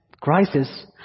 crisis